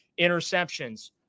interceptions